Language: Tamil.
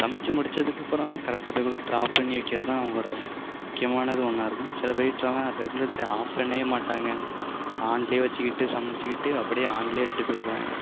சமைத்து முடிச்சதுக்கப்புறம் கரெக்டாக ரெகுலேட்டரை ஆஃப் பண்ணி வைக்கிறதான் அவங்களோட முக்கியமானது ஒன்றா இருக்கும் சில பேர் வீட்டிலலாம் ரெகுலேட்டரை ஆஃப் பண்ணவே மாட்டாங்க ஆன்லையே வச்சுகிட்டு சமைத்துக்கிட்டு அப்படியே ஆன்லையே வச்சுட்டு போய்டுவாங்க